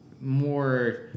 more